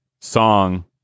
song